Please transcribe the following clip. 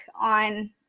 on